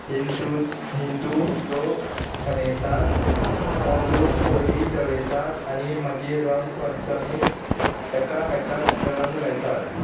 हिंदू हिंदू लोक मनयतात तातूंत फोळी जळयतात आनी मागीर रंग पंचमीक एकामेकाक रंग लायतात